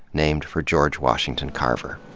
named for george washington carver.